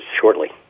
shortly